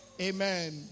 Amen